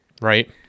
Right